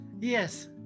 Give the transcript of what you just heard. Yes